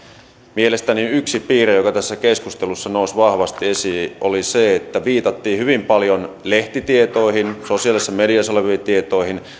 mielestäni yksi piirre joka tässä keskustelussa nousi vahvasti esiin oli se että viitattiin hyvin paljon lehtitietoihin sosiaalisessa mediassa oleviin tietoihin tai